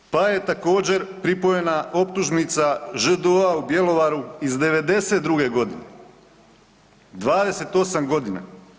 Pa je također pripojena optužnica ŽDO-a u Bjelovaru iz '92. godine, 28 godina.